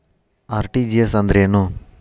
RTGS ಅಂದ್ರೇನು?